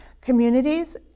communities